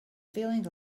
feeling